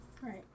Right